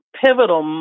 pivotal